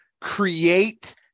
create